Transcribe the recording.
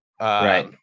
right